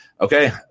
Okay